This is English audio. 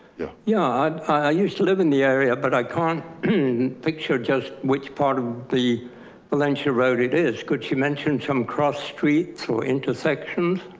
yeah yeah. i used to live in the area, but i can't picture just which part of the valencia road it is could she mentioned some cross streets or intersection?